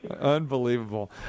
Unbelievable